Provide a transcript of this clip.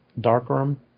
Darkroom